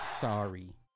Sorry